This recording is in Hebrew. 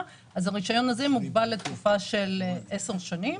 אז הרישיון הזה מוגבל לתקופה של 10 שנים.